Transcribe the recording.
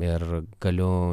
ir galiu